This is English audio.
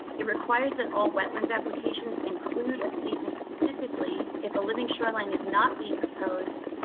it requires that all wetlands applications include a statement specifically, if a living shoreline is not being proposed,